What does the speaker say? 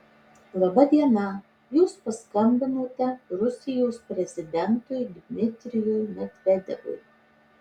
laba diena jūs paskambinote rusijos prezidentui dmitrijui medvedevui